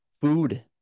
food